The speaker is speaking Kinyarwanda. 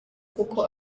kuko